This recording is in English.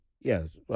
Yes